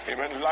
Amen